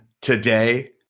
Today